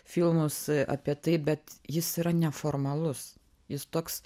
filmus apie tai bet jis yra neformalus jis toks